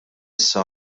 issa